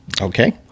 Okay